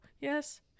yes